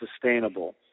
sustainable